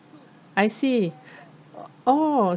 I see orh